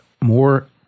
more